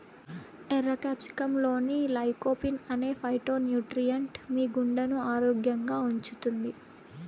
ఎర్ర క్యాప్సికమ్లోని లైకోపీన్ అనే ఫైటోన్యూట్రియెంట్ మీ గుండెను ఆరోగ్యంగా ఉంచుతుంది